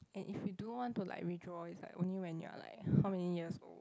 and if you do want to like withdraw is like only when you're like how many years old